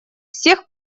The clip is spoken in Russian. всех